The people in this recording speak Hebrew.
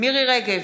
מירי מרים רגב,